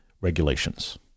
regulations